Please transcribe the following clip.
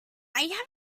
have